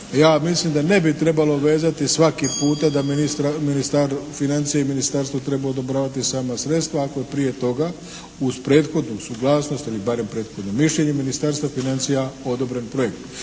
Ja mislim da ne bi trebalo vezati svaki puta da ministar financija i Ministarstvo treba odobravati sama sredstva ako je prije toga uz prethodnu suglasnost ili barem prethodno mišljenje Ministarstva financija odobren projekt.